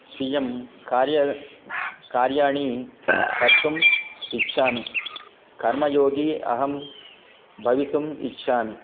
स्वीयं कार्यं कार्याणि कर्तुम् इच्छामि कर्मयोगी अहं भवितुम् इच्छामि